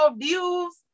views